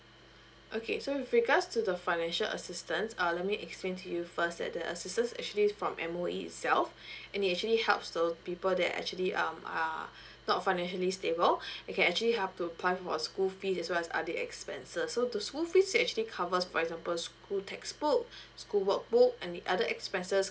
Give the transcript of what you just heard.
okay so with regards to the financial assistance uh let me explain to you first that the assistance's actually from M_O_E itself and it actually helps the people that actually um are not financially stable we can actually up to for school fees as well as other expenses so the school fees actually covers for example school textbook school workbook any other expenses